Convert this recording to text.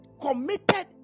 committed